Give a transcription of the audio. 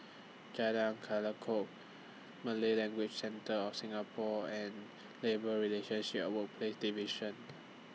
Jalan Kerayong Malay Language Centre of Singapore and Labour Relationship A Workplaces Division